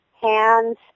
hands